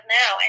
now